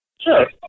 Sure